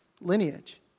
lineage